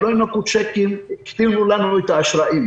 הם לא ינכו צ'קים --- את האשראי.